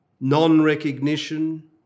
non-recognition